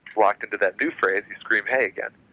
locked into that new phrase, you scream hey again.